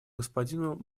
господину